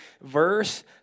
verse